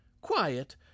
quiet